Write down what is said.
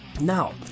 Now